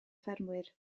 ffermwyr